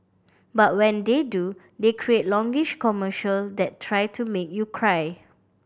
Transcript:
but when they do they create longish commercial that try to make you cry